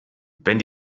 wenn